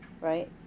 right